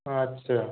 আচ্ছা